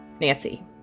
Nancy